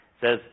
says